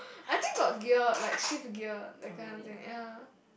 I think got gear like shift gear that kind of thing ya